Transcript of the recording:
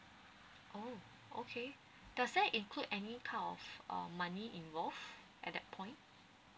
oh okay does that include any kind of um money involved at that point